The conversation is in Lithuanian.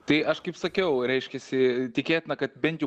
tai aš kaip sakiau reiškiasi tikėtina kad bent jau